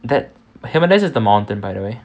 that heaven this is the mountain by the way